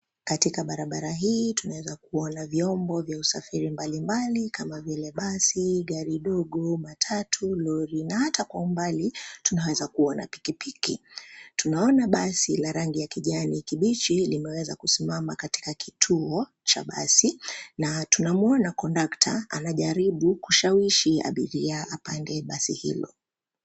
Katika barabara hii tunaweza kuona vyombo vya usafiri mbalimbali kama vile basi, gari dogo, matatu, lori na hata kwa umbali, tunaweza kuona pikipiki, tunaona basi la rangi ya kijani kibichi limeweza kusimama katika kituo, cha basi, na tunamuona kondukta anajaribu kushawishi abiria apande basi hilo.